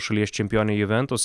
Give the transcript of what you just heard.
šalies čempionė juventus